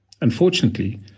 Unfortunately